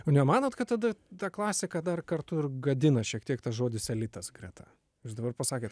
nu nemanot kad tada ta klasika dar kartu ir gadina šiek tiek tas žodis elitas greta jūs dabar pasakėt